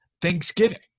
Thanksgiving